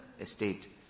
estate